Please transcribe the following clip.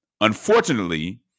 Unfortunately